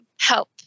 help